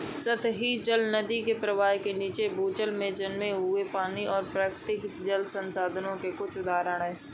सतही जल, नदी के प्रवाह के नीचे, भूजल और जमे हुए पानी, प्राकृतिक जल संसाधनों के कुछ उदाहरण हैं